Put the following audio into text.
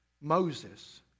Moses